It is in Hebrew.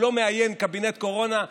הוא לא מאיין את קבינט הקורונה,